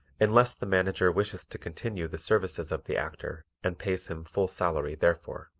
unless the manager wishes to continue the services of the actor and pays him full salary therefor.